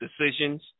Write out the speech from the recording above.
decisions